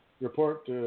report